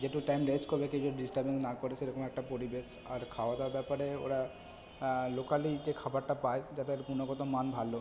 যেটুকু time rest করবে কিছু ডিস্টার্বেন্স না করে সেরকম একটা পরিবেশ আর খাওয়া দাওয়ার ব্যাপারে ওরা লোকালি যে খাবারটা পায় যাদের গুণগত মান ভালো